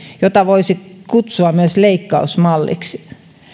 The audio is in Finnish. jota voisi kutsua myös leikkausmalliksi